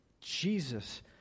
Jesus